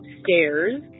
upstairs